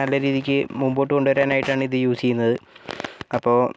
നല്ല രീതിക്ക് മുൻപോട്ട് കൊണ്ടുവരാനായിട്ടാണ് ഇത് യൂസ് ചെയ്യുന്നത് അപ്പോൾ